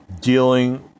dealing